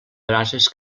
brases